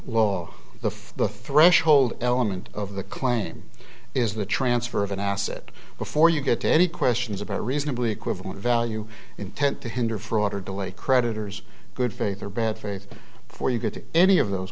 law the for the threshold element of the claim is the transfer of an asset before you get any questions about reasonably equivalent value intent to hinder fraud or delay creditors good faith or bad faith for you getting any of those